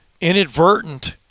inadvertent